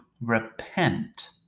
repent